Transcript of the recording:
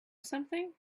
something